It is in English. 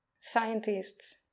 scientists